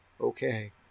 okay